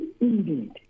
Indeed